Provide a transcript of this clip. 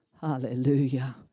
Hallelujah